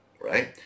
right